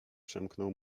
przemknął